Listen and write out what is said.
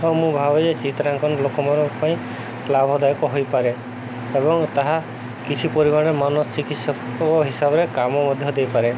ହଁ ମୁଁ ଭାବେ ଯେ ଚିତ୍ରାଙ୍କନ ଲୋକମାନଙ୍କ ପାଇଁ ଲାଭଦାୟକ ହୋଇପାରେ ଏବଂ ତାହା କିଛି ପରିମାଣରେ ମାନଚିକିତ୍ସକ ହିସାବରେ କାମ ମଧ୍ୟ ଦେଇପାରେ